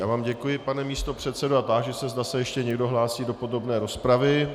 Já vám děkuji, pane místopředsedo, a táži se, zda se ještě někdo hlásí do podrobné rozpravy.